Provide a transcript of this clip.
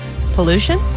pollution